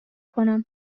کنم